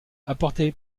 apporté